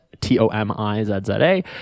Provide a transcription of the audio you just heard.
T-O-M-I-Z-Z-A